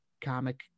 comic